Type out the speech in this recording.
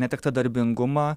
netektą darbingumą